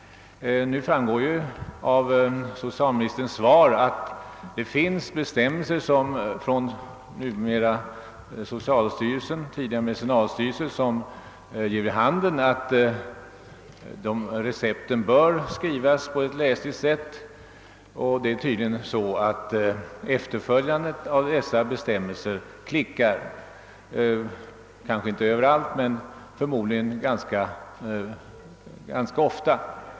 Nu framgår det av socialministerns svar för vilket jag tackar, att det finns av medicinalstyrelsen, numera socialstyrelsen, utfärdade bestämmelser som stadgar att recepten skall skrivas på läsligt sätt. Tydligen är det så, att bestämmelsernas efterlevnad klickar, kanske inte överallt men förmodligen ganska ofta.